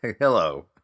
hello